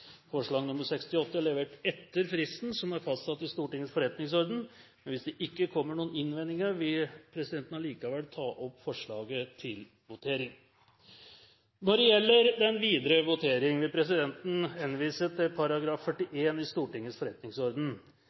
Forslag nr. 68 er levert inn etter den fristen som er fastsatt i Stortingets forretningsorden, men hvis det ikke kommer noen innvendinger, vil det likevel bli tatt opp til votering. Når det gjelder den videre votering, vil presidenten henvise til § 41 i Stortingets forretningsorden.